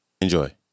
Enjoy